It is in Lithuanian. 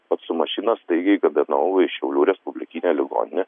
vat su mašina staigiai gabenau į šiaulių respublikinę ligoninę